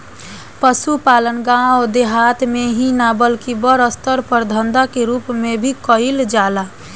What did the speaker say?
पसुपालन गाँव देहात मे ही ना बल्कि बड़ अस्तर पर धंधा के रुप मे भी कईल जाला